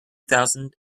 thousand